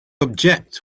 object